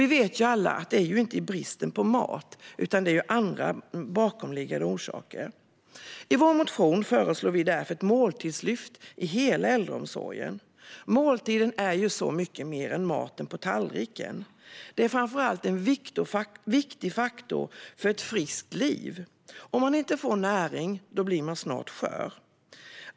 Vi vet alla att det inte handlar om brist på mat utan om andra bakomliggande orsaker. I vår motion föreslår vi därför ett måltidslyft i hela äldreomsorgen. Måltiden är ju så mycket mer än maten på tallriken. Det är framför allt en viktig faktor för ett friskt liv. Får man inte näring blir man snart skör.